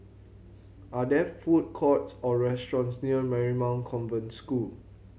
are there food courts or restaurants near Marymount Convent School